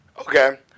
Okay